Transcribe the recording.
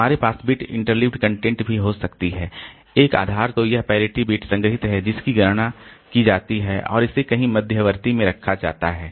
हमारे पास bit interleaved content भी हो सकती है एक आधार तो यह पैरिटी बिट संग्रहीत है जिसकी गणना की जाती है और इसे कहीं मध्यवर्ती में रखा जाता है